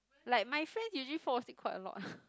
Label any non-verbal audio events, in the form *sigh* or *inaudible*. like my friend usually fall asleep quite a lot *laughs*